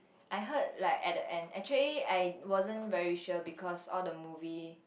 I heard like at the end actually I wasn't very sure because all the movie